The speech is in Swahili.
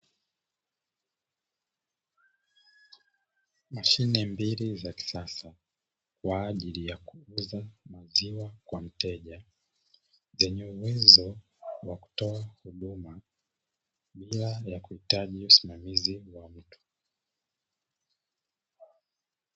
Mashine mbili za kisasa kwa ajili ya kuuza maziwa kwa mteja, zenye uwezo wa kutoa huduma bila ya kuhitaji usimamizi wa mtu.